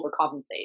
overcompensate